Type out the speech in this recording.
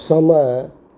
समय